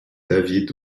david